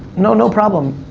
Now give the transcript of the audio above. no, no problem,